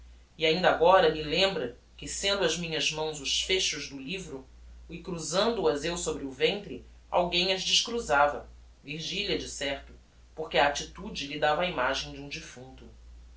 e ainda agora me lembra que sendo as minhas mãos os fechos do livro e cruzando as eu sobre o ventre alguem as descruzava virgilia de certo porque a attitude lhe dava a imagem de um defunto